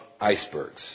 icebergs